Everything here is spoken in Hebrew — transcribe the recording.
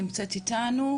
נמצאת אתנו?